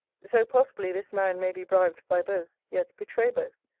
so, possibly, this man may be bribed by both, yet betray both.